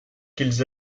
qu’ils